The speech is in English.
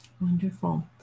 Wonderful